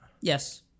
Yes